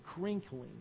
crinkling